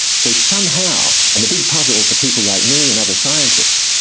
so somehow. and the big puzzle for people like me and other scientists,